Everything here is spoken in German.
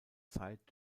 zeit